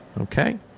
Okay